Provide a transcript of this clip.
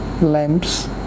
lamps